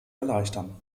erleichtern